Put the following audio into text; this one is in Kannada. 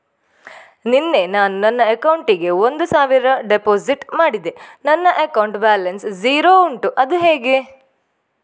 ನಿನ್ನೆ ನಾನು ನನ್ನ ಅಕೌಂಟಿಗೆ ಒಂದು ಸಾವಿರ ಡೆಪೋಸಿಟ್ ಮಾಡಿದೆ ನನ್ನ ಅಕೌಂಟ್ ಬ್ಯಾಲೆನ್ಸ್ ಝೀರೋ ಉಂಟು ಅದು ಹೇಗೆ?